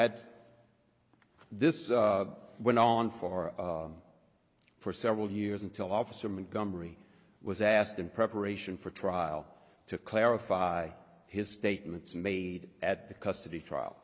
s went on for for several years until officer montgomery was asked in preparation for trial to clarify his statements made at the custody trial